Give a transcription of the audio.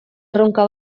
erronka